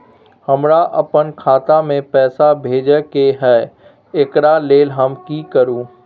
हमरा अपन खाता में पैसा भेजय के है, एकरा लेल हम की करू?